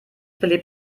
belebt